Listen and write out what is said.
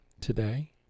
today